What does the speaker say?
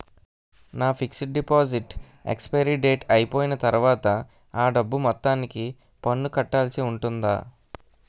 నా fixed deposit expiry date అయిపోయిన తర్వాత అ డబ్బు మొత్తానికి పన్ను కట్టాల్సి ఉంటుందా?